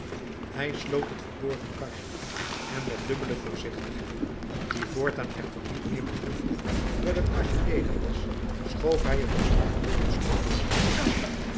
hij sloot het verborgen kastje en met dubbele voorzichtigheid die voortaan echter niet meer behoefde wijl het kastje ledig was schoof hij er een zwaar meubelstuk voor